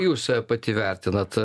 jūs pati vertinat